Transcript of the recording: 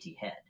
head